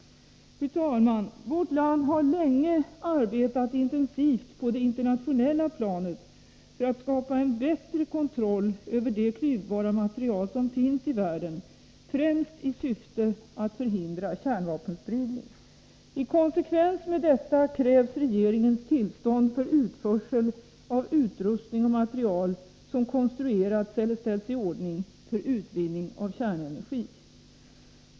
Fru talman! Vårt land har länge arbetat intensivt på det internationella planet för att skapa en bättre kontroll över det klyvbara material som finns i världen, främst i syfte att förhindra kärnvapenspridning. I konsekvens med detta krävs regeringens tillstånd för utförsel av utrustning och material som konstruerats eller ställts i ordning för utvinning av kärnenergi.